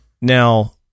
Now